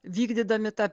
vykdydami tą